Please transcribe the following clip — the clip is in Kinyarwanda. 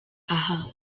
aha